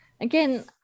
again